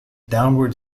downward